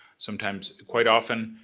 sometimes, quite often,